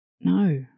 No